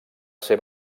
ser